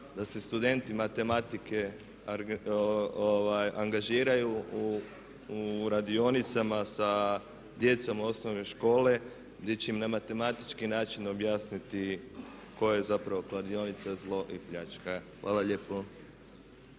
da se studenti matematike angažiraju u radionicama sa djecom osnovne škole gdje će im na matematički način objasniti koja je zapravo kladionica zlo i pljačka. Hvala lijepo.